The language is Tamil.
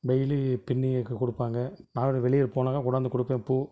டெய்லி பின்னி எனக்குக் கொடுப்பாங்க நான் வேறு வெளியே போனாக்க கொண்டாந்து கொடுப்பேன் பூ